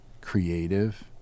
creative